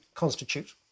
constitute